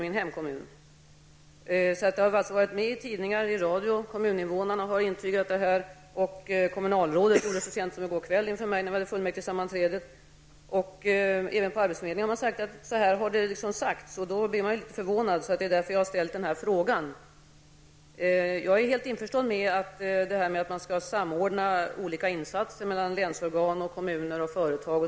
Det har alltså förekommit i tidningar och i radio. Kommuninvånarna har intygat det, och kommunalrådet gjorde det så sent som i fullmäktigesammanträdet i går kväll. Även på arbetsförmedlingen har man bekräftat detta uttalande. Detta gör att man blir litet förvånad, och det är därför jag har ställt min fråga. Jag är helt införstådd med att man skall samordna olika insatser mellan länsorgan, kommuner och företag.